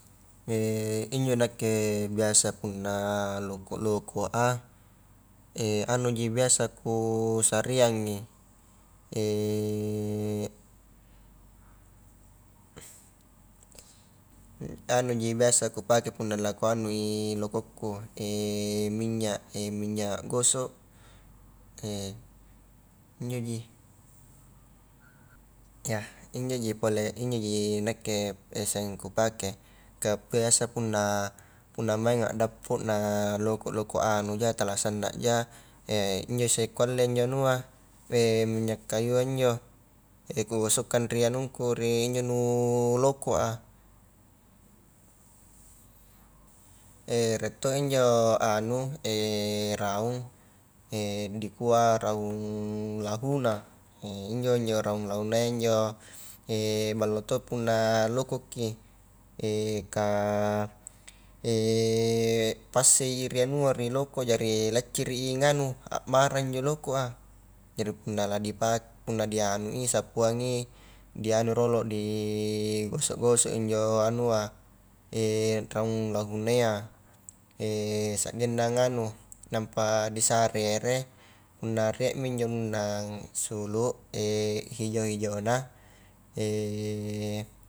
injo nakke biasa punna loko-lokoa anuji biasa ku sareangi, anuji biasa kupake punna la kuanui lokokku minyak, minyak gosok injoji, yah injonji pole injoji nakke sanging kupake, kah biasa punna-punna mainga dappo na loko-loko anuja tala sannaja injo isse kualle injo anua, minyak kayua injo kugosokkan ri anungku, ri injo nu lokkoa rie to injo anu raung dikua raung lahuna, injo-injo raung lahunna iya injo, ballo to punna lokokki ka, passei ri anua ri lokkoa, jari lacciri nganu akmara injo lokoa jari punna la dipake, punna disappuangi dianu rolo di gosok-gosok injo anua raung lahunayya sagenna nganu, nampa disare ere, punna riemi injo anunna sulu hijau-hijauna